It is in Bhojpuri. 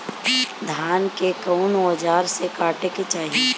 धान के कउन औजार से काटे के चाही?